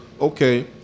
okay